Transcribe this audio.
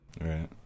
right